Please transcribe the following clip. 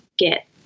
Get